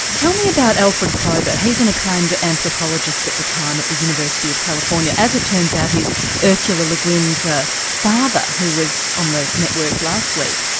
tell me about alfred kroeber, he's an acclaimed anthropologist at the time at the university of california as it turns out he's ursula yeah le le guin's ah father, who was on the network last week.